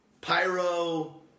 pyro